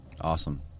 Awesome